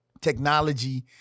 technology